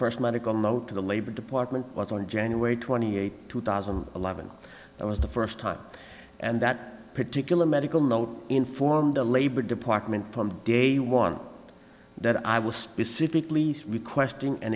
first medical note to the labor department was on january twenty eighth two thousand and eleven that was the first time and that particular medical note informed the labor department from day one that i was specifically requesting an